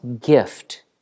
gift